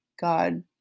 God